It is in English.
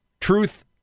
Truth